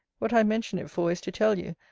what i mention it for, is to tell you,